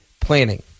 planning